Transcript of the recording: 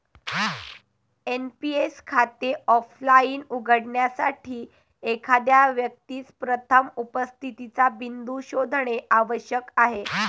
NPS खाते offline उघडण्यासाठी, एखाद्या व्यक्तीस प्रथम उपस्थितीचा बिंदू शोधणे आवश्यक आहे